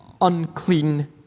unclean